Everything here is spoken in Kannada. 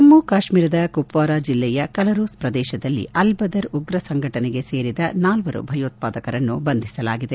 ಜಮ್ಮ ಕಾಶ್ಮೀರದ ಕುಪ್ವಾರ ಜಿಲ್ಲೆಯ ಕಲರೂಸ್ ಪ್ರದೇಶದಲ್ಲಿ ಅಲ್ ಬದರ್ ಉಗ್ರ ಸಂಘಟನೆಗೆ ಸೇರಿದ ನಾಲ್ವರು ಭಯೋತ್ವಾದಕರನ್ನು ಬಂಧಿಸಲಾಗಿದೆ